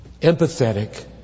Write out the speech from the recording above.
empathetic